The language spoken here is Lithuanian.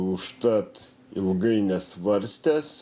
užtat ilgai nesvarstęs